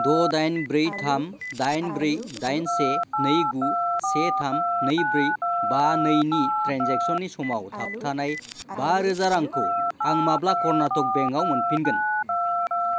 द' दाइन ब्रै थाम दाइन ब्रै दाइन से नै गु से थाम नै ब्रै बा नैनि ट्रेन्जेकसननि समाव थाबथानाय बारोजा रांखौ आं माब्ला कर्नाटक बेंकआव मोनफिनगोन